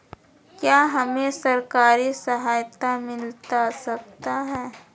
क्या हमे सरकारी सहायता मिलता सकता है?